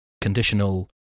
conditional